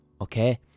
Okay